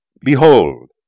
Behold